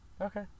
Okay